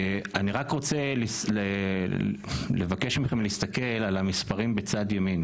אני רק רוצה לבקש מכם להסתכל על המספרים בצד ימין.